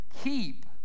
keep